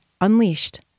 unleashed